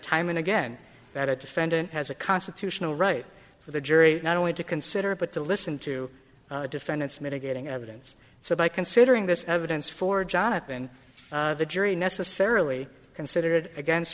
time and again that a defendant has a constitutional right for the jury not only to consider but to listen to the defendant's mitigating evidence so by considering this evidence for jonathan the jury necessarily considered against